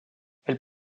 elles